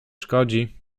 szkodzi